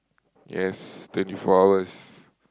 yes twenty four hours